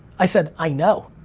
i said, i know.